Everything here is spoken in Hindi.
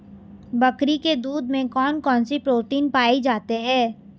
बकरी के दूध में कौन कौनसे प्रोटीन पाए जाते हैं?